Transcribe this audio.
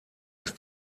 ist